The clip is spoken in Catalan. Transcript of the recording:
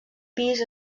pis